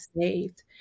saved